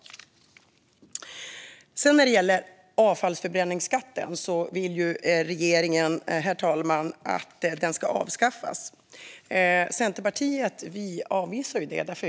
När det gäller avfallsförbränningsskatten, herr talman, vill ju regeringen att den ska avskaffas. Centerpartiet avvisar det.